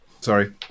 Sorry